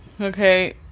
okay